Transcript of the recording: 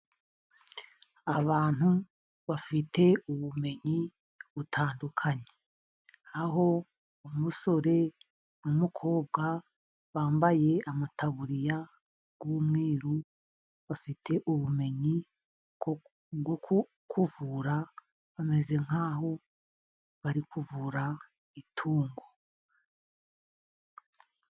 Abantu bafite ubumenyi butandukanye, aho umusore n'umukobwa bambaye amataburiya y'umweru bafite ubumenyi bwo kukuvura bameze nk'aho bari kuvura itungo.